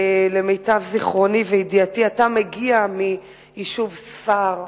ולמיטב זיכרוני וידיעתי אתה מגיע מיישוב ספר,